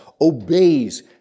obeys